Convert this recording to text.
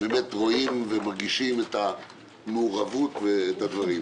רואים ומרגישים את המעורבות ואת הדברים.